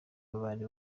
bari